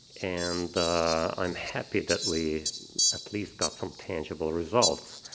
and i'm happy that we at least got some tangible results.